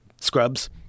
scrubs